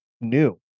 new